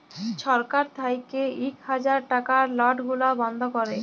ছরকার থ্যাইকে ইক হাজার টাকার লট গুলা বল্ধ ক্যরে